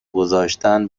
گذاشتن